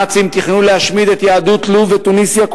הנאצים תכננו להשמיד את כל יהדות תוניסיה ולוב,